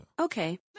Okay